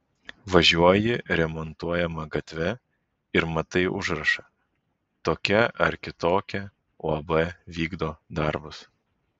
važiuoji remontuojama gatve ir matai užrašą tokia ar kitokia uab vykdo darbus